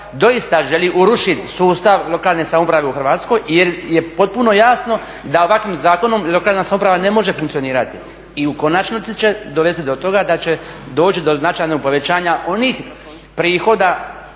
doista želi urušiti sustav lokalne samouprave u Hrvatskoj jer je potpuno jasno da ovakvim zakonom lokalna samouprava ne može funkcionirati. I u konačnici će dovesti do toga da će doći do značajnog povećanja onih prihoda